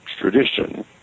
tradition